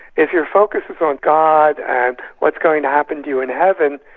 if your focus is on god and what's going to happen to you in heaven,